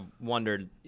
wondered